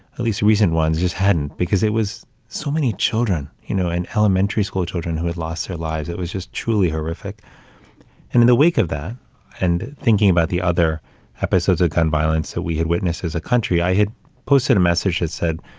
at least recent ones, just hadn't, because it was so many children, you know, in elementary school children who had lost her lives that was just truly horrific. and in the wake of that and thinking about the other episodes of gun violence that we had witnessed as a country, i had posted a message that said,